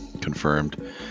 confirmed